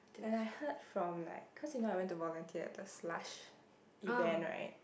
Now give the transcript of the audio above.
and I heard from like cause you know I went to volunteer at the Slush event right